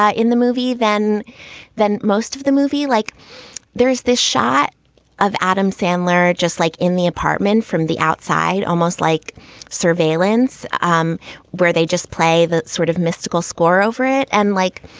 ah in the movie than than most of the movie, like there is this shot of adam sandler, just like in the apartment from the outside, almost like surveillance um where they just play that sort of mystical score over it. and like,